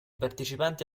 partecipanti